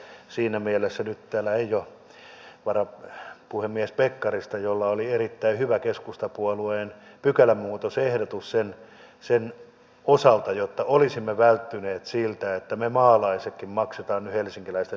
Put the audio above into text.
siinä mielessä nyt täällä ei ole varapuhemies pekkarista jolla oli erittäin hyvä keskustapuolueen pykälämuutosehdotus sen osalta jotta olisimme välttyneet siltä että me maalaisetkin maksamme nyt helsinkiläisten sähköverkon rakentamisen